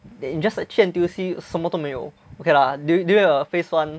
that you just 去 N_T_U_C 什么都没有 okay lah during the phase one